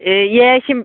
asian